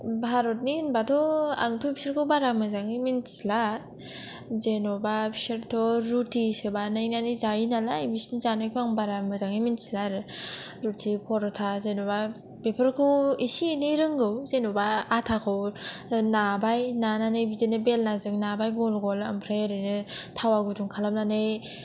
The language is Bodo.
भारतनि होनबाथ' आंथ' बिसोरखौ बारा मोजांयै मिथिला जेन'बा बिसोरथ रुथिसो बानायनानै जायो नालाय बिसिनि जानायखौ आं बारा मोजांयै मिथिला आरो रुथि परथा जेन'बा बेफोरखौ एसे एनै रोंगौ जेनबा आथाखौ नाबाय नानानै बिदिनो बेल्लाजों नाबाय गल गल आम्फ्राय ओरैनो थावा गुदुं खालामनानै